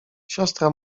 siostra